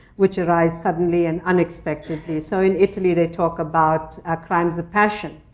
which arise suddenly and unexpectedly. so in italy, they talk about crimes of passion.